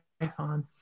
Python